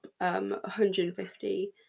150